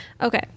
Okay